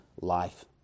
life